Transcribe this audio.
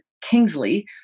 Kingsley